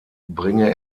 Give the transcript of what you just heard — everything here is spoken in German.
bringe